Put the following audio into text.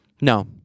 No